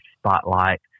spotlight